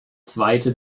zweite